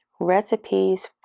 recipes